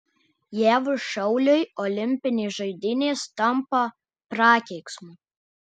jav šauliui olimpinės žaidynės tampa prakeiksmu